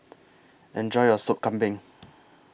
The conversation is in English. Enjoy your Sop Kambing